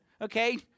okay